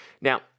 Now